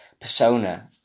persona